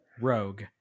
Rogue